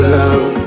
love